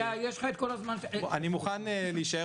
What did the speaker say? יש לך את כל הזמן --- אני מוכן להישאר